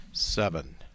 seven